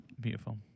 Beautiful